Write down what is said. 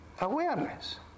Awareness